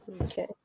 Okay